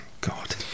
God